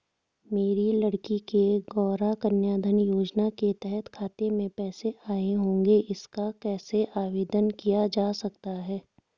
मेरी लड़की के गौंरा कन्याधन योजना के तहत खाते में पैसे आए होंगे इसका कैसे आवेदन किया जा सकता है?